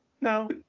no